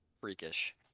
Freakish